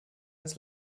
das